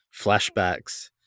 Flashbacks